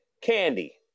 candy